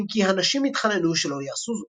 אם כי "הנשים התחננו" שלא יעשו זאת.